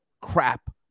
crap